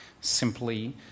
Simply